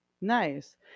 nice